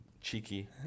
Cheeky